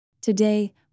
Today